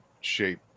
shape